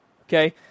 Okay